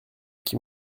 qui